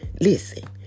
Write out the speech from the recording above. Listen